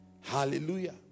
Hallelujah